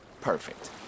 Perfect